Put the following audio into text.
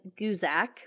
Guzak